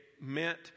meant